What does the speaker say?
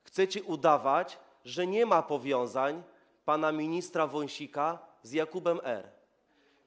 Chcecie udawać, że nie ma powiązań pana ministra Wąsika z Jakubem R.